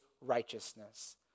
righteousness